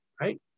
right